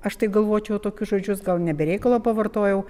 aš taip galvočiau tokius žodžius gal ne be reikalo pavartojau